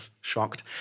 shocked